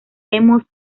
hemos